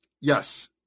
Yes